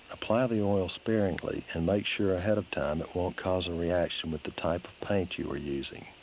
apply the oil sparingly, and make sure ahead of time it won't cause a reaction with the type of paint you are using.